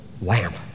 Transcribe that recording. lamp